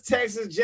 Texas